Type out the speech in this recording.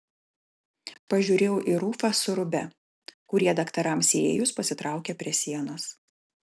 pažiūrėjau į rufą su rūbe kurie daktarams įėjus pasitraukė prie sienos